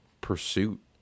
pursuit